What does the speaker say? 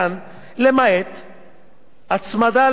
הצמדה לשנה שקדמה למועד תשלומם,